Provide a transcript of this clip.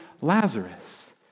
Lazarus